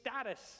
status